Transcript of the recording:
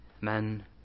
men